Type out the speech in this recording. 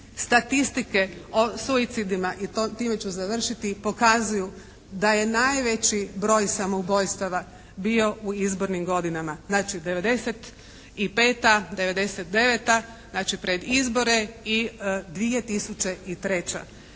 Statistike o suicidima i time ću završiti, pokazuju da je najveći broj samoubojstava bio u izbornim godinama. Znači '95., '99., znači pred izbore i 2003.